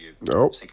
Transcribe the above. nope